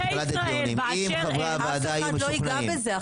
אם חברי הוועדה יהיו משוכנעים --- אף אחד לא ייגע בזה עכשיו,